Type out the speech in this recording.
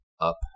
up